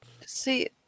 See